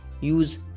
use